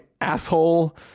asshole